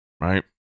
right